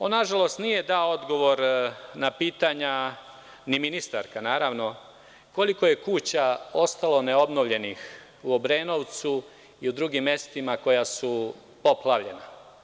On na žalost nije dao odgovor na pitanja, a ni ministarka naravno, koliko je kuća ostalo neobnovljenih u Obrenovcu i u drugim mestima koja su poplavljena.